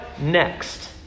next